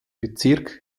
bezirks